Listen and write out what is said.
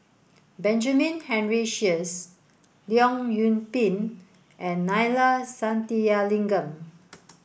Benjamin Henry Sheares Leong Yoon Pin and Neila Sathyalingam